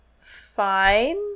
fine